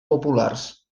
populars